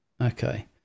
Okay